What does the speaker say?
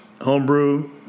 homebrew